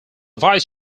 vice